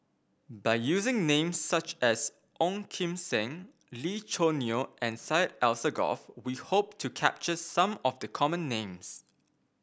by using names such as Ong Kim Seng Lee Choo Neo and Syed Alsagoff we hope to capture some of the common names